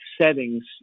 settings